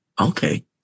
Okay